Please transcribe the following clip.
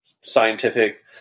scientific